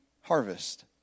harvest